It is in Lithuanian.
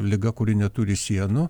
liga kuri neturi sienų